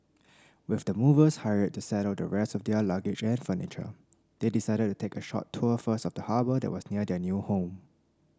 with the movers hired to settle the rest of their luggage and furniture they decided to take a short tour first of the harbour that was near their new home